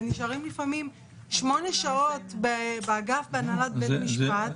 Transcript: ונשארים לפעמים שמונה שעות באגף בהנהלת בית משפט.